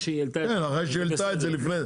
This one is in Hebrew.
אחרי שהיא העלתה את זה לפני.